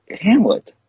Hamlet